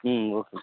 okay